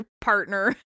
partner